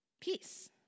Peace